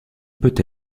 peut